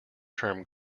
term